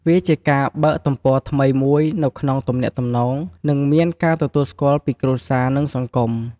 វាជាការបើកទំព័រថ្មីមួយនៅក្នុងទំនាក់ទំនង ដែលមានការទទួលស្គាល់ពីគ្រួសារ និងសង្គម។